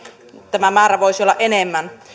tämä määrä voisi olla enemmän